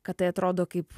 kad tai atrodo kaip